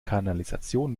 kanalisation